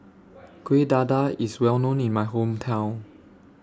Kueh Dadar IS Well known in My Hometown